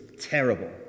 terrible